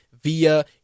via